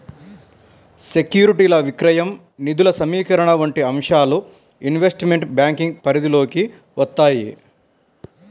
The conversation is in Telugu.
సెక్యూరిటీల విక్రయం, నిధుల సమీకరణ వంటి అంశాలు ఇన్వెస్ట్మెంట్ బ్యాంకింగ్ పరిధిలోకి వత్తాయి